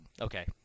Okay